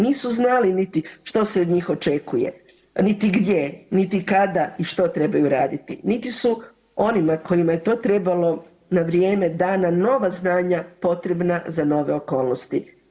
Nisu znali niti što se od njih očekuje, niti gdje, niti kada i što trebaju raditi, niti su onima kojima je to trebalo na vrijeme dana nova znanja potrebna za nove okolnosti.